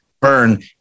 burn